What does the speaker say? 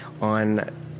on